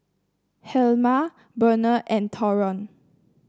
Helma Burnell and Tyron